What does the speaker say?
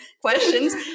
questions